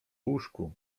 łóżku